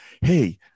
hey